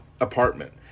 apartment